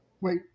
wait